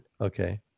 Okay